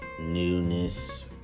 newness